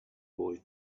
boy